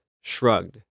shrugged